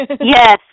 Yes